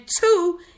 two